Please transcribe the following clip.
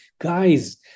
guys